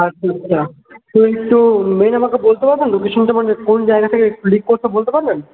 আচ্ছা আচ্ছা আচ্ছা তো ওই তো মেন আমাকে বলতে পারবেন লোকেশনটা মানে কোন জায়গাটা লিক করছে বলতে পারবেন